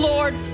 Lord